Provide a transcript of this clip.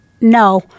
no